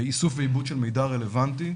איסוף ועיבוד של מידע רלוונטי,